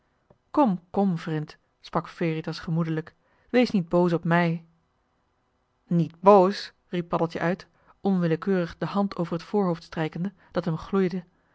kom kom vrind sprak veritas gemoedelijk wees niet boos op mij niet boos riep paddeltje uit onwillekeurig de hand over het voorhoofd strijkende dat hem gloeide